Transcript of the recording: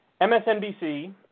MSNBC